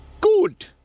Good